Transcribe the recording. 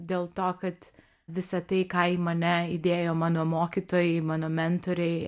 dėl to kad visą tai ką į mane įdėjo mano mokytojai mano mentoriai